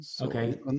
Okay